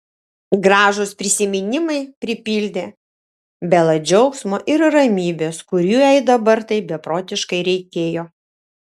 gražūs prisiminimai pripildė belą džiaugsmo ir ramybės kurių jai dabar taip beprotiškai reikėjo